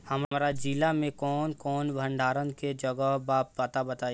हमरा जिला मे कवन कवन भंडारन के जगहबा पता बताईं?